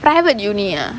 private university ah